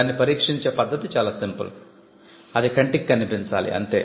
దాన్ని పరీక్షించే పద్ధతి చాలా సింపుల్ అది కంటికి కనిపించాలి అంతే